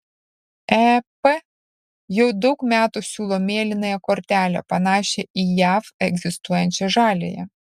ep jau daug metų siūlo mėlynąją kortelę panašią į jav egzistuojančią žaliąją